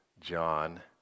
John